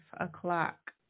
o'clock